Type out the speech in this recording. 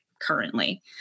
currently